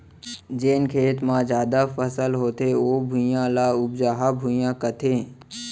जेन खेत म जादा फसल होथे ओ भुइयां, ल उपजहा भुइयां कथें